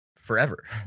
Forever